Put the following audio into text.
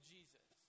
Jesus